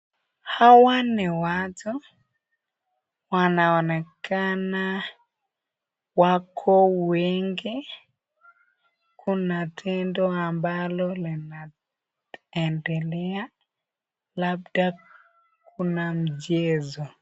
Hawa ni watu wanaonekana wako wengi, kuna tendo ambalo lime endelea labda kuna mchezo.